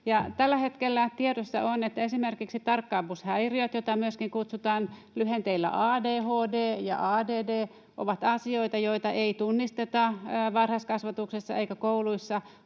Tällä hetkellä tiedossa on, että esimerkiksi tarkkaavuushäiriöt, joita kutsutaan myöskin lyhenteillä ADHD ja ADD, ovat asioita, joita ei tunnisteta varhaiskasvatuksessa eikä kouluissa